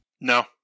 No